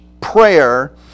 prayer